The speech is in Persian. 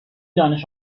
دانش